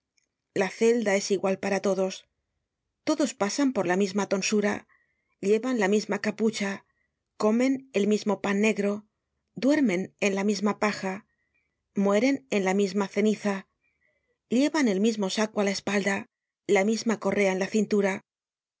la celda es igual para todos todos pasan por la misma tonsura llevan la misma capacha comen el mismo pan negro duermen en la misma paja mueren en la misma ceniza llevan el mismo saco á la espalda la misma correa en la cintura